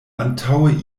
antaŭe